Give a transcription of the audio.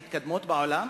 המתקדמות בעולם?